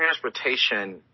transportation